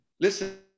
listen